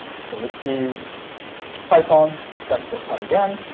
so, let's do python test pi again.